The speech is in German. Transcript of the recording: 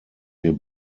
wir